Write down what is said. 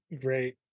great